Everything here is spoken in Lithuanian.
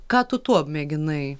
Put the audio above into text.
ką tu tuo mėginai